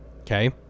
Okay